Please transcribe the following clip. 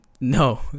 No